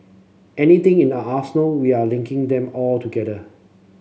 anything in our arsenal we are linking them all together